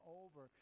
over